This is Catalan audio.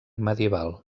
medieval